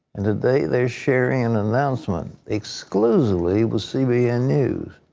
and today they're sharing an announcement exclusively with cbn news.